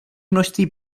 množství